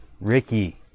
Ricky